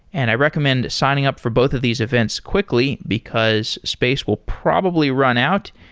and i recommend signing up for both of these events quickly, because space will probably run out.